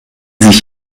sich